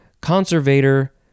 conservator